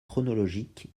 chronologique